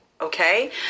okay